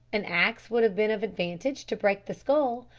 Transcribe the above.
an axe would have been of advantage to break the skull,